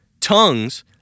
Tongues